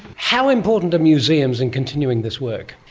how important are museums in continuing this work?